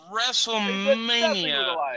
WrestleMania